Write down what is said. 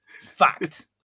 Fact